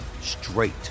straight